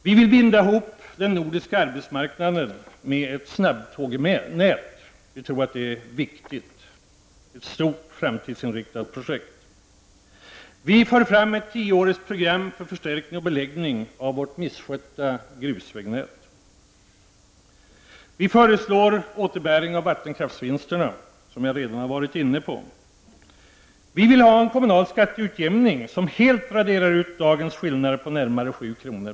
Vi vill binda ihop den nordiska arbetsmarknaden med ett snabbtågbanenät. Det tror vi är ett viktigt och stort framtidsinriktat projekt. Vi föreslår ett tioårigt program för förstärkning och beläggning av vårt misskötta grusvägnät. Vi föreslår en återbäring av vattenkraftsvinsterna, vilket jag redan varit inne på. Vi föreslår en kommunal skatteutjämning som helt raderar ut dagens skillnader på närmare 7 kr.